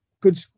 good